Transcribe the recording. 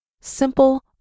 simple